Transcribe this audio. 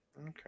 Okay